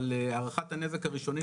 אבל הערכת הנזק הראשונית,